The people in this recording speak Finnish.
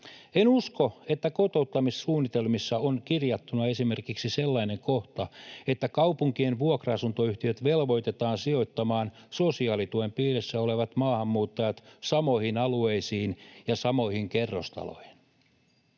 En usko, että kotouttamissuunnitelmissa on kirjattuna esimerkiksi sellainen kohta, että kaupunkien vuokra-asuntoyhtiöt velvoitetaan sijoittamaan sosiaalituen piirissä olevat maahanmuuttajat samoille alueille ja samoihin kerrostaloihin.